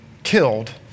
killed